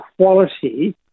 quality